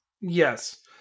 Yes